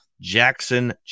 Jackson